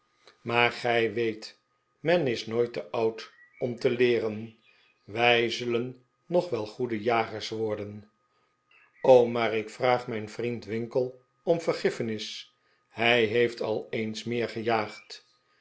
een kruiwagen weet men is nooit te oud om te leereii zij zullen nog wel goede jagers worden o maar ik vraag mijn vriend winkle om ver giffenis hij heeft al eens meer gejaagd